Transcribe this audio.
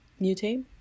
Mutate